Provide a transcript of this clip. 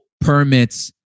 permits